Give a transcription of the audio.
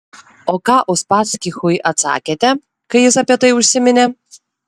o ką uspaskichui atsakėte kai jis apie tai užsiminė